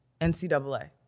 NCAA